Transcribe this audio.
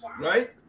Right